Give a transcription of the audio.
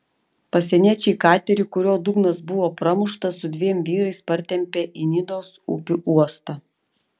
pasieniečiai katerį kurio dugnas buvo pramuštas su dviem vyrais partempė į nidos upių uostą